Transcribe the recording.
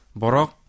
borok